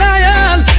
Lion